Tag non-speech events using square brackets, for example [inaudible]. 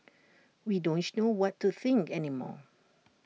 we don't [unintelligible] know what to think any more